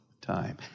time